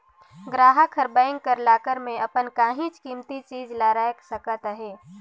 गराहक हर बेंक कर लाकर में अपन काहींच कीमती चीज ल राएख सकत अहे